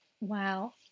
Wow